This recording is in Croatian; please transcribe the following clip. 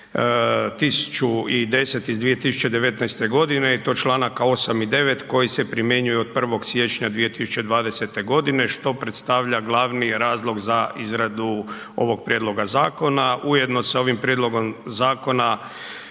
1010 iz 2019. godine i to članaka 8. i 9. koji se primjenjuju od 1. siječnja 2020. godine što predstavlja glavni razlog za izradu ovog prijedloga zakona. Ujedno je ovim prijedlogom zakona